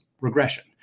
regression